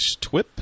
twip